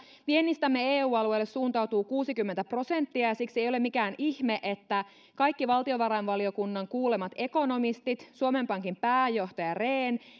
viennistämme suuntautuu kuusikymmentä prosenttia eu alueelle ja siksi ei ei ole mikään ihme että kaikki valtiovarainvaliokunnan kuulemat ekonomistit suomen pankin pääjohtaja rehn